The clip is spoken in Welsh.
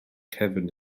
cefn